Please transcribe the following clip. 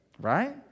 Right